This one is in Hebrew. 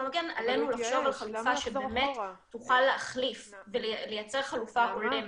עלינו לחשוב על חלופה שבאמת תוכל להחליף -- לא הבנתי.